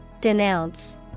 Denounce